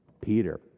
Peter